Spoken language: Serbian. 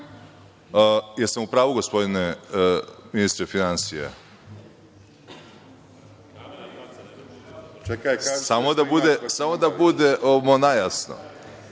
sam u pravu, gospodine ministre finansija? Samo da budemo na